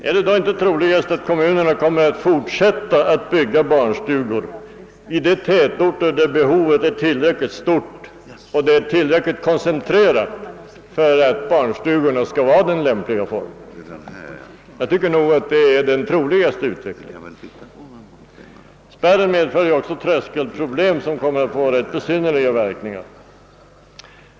Är det då inte troligast att kommunerna kommer att fortsätta att bygga barnstugor i de tätorter där behovet är tillräckligt stort och tillräckligt koncentrerat för att barnstugorna skall vara den lämpliga formen? Jag tycker att det är den troligaste utvecklingen. Spärren medför också tröskelproblem med ganska besynnerliga verkningar.